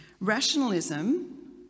Rationalism